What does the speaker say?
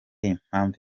impamvu